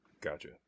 Gotcha